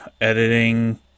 editing